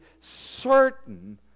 certain